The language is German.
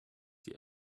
die